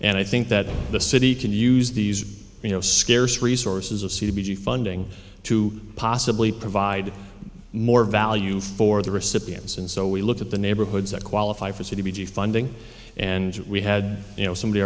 and i think that the city can use these you know scarce resources of c b d funding to possibly provide more value for the recipients and so we look at the neighborhoods that qualify for city b g funding and we had you know somebody